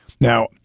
now